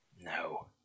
no